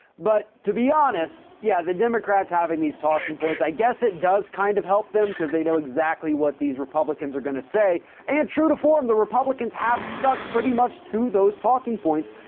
but to be honest, yeah, the democrats having these talking points, i guess it does kind of help them cause they know exactly what these republicans are going to say and true to form. the republicans have stuck pretty much to those talking points,